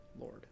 Lord